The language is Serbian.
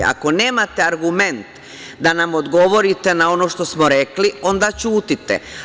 Ako nemate argumente da nam odgovorite na ono što smo rekli, onda ćutite.